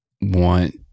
want